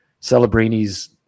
Celebrini's